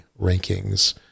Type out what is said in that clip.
rankings